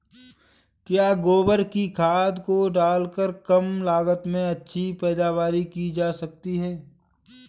क्या गोबर की खाद को डालकर कम लागत में अच्छी पैदावारी की जा सकती है?